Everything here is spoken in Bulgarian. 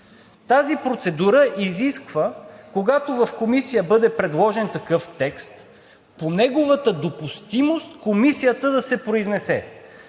Тази процедура изисква, когато в комисия бъде предложен такъв текст по неговата допустимост, комисията да се произнесе.